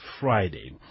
Friday